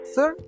Sir